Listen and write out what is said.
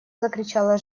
закричала